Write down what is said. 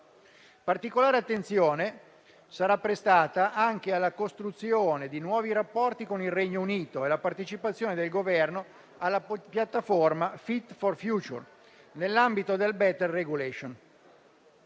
Particolare attenzione sarà prestata anche alla costruzione di nuovi rapporti con il Regno Unito e alla partecipazione del Governo alla piattaforma Fit for future, nell'ambito della *better regulation*.